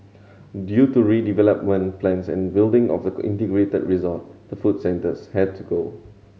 due to redevelopment plans and building of the integrated resort the food centres had to go